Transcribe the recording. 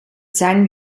seinen